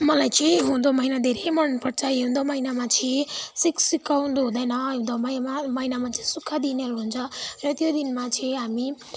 मलाई चाहिँ हिउँदो महिना धेरै मनपर्छ हिउँदो महिनामा चाहिँ सिक्सिकाउँदो हुँदैन हिउँदो महिना महिनामा चाहिँ सुक्खा दिनहरू हुन्छ र त्यो दिनमा चाहिँ हामी